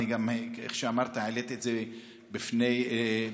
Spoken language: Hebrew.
כמו שאמרת,